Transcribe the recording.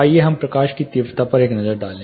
आइए हम प्रकाश की तीव्रता पर एक नज़र डालें